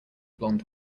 blond